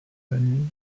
venues